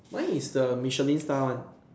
mine is the Michelin Star one